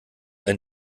ein